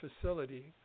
facility